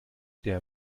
der